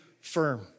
firm